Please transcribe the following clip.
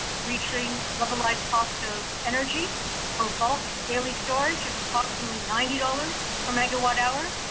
reaching levelised cost of energy for bulk daily storage of approximately ninety dollars for megawatt hour.